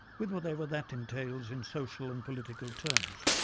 with whatever that entails in social and political terms.